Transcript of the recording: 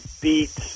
beat